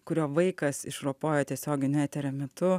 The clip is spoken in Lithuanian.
kurio vaikas išropojo tiesioginio eterio metu